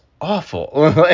awful